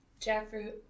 Jackfruit